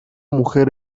mujer